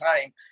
time